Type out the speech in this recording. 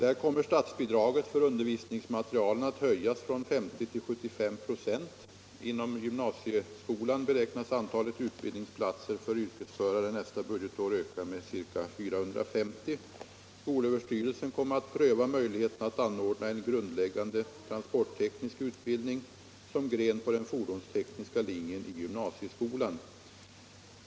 Där kommer statsbidraget för undervisningsmaterial att höjas från 50 till 75 ?4. Inom gymnasieskolan beräknas antalet utbildningsplatser för yrkesförare nästa år ökas med ca 450. Skolöverstyrelsen kommer att pröva möjligheterna att anordna en grundläggande transportteknisk utbildning som cen gren på den fordonstekniska linjen vid gymnasieskolan.